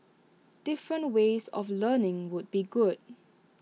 different ways of learning would be good